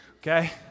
okay